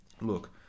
look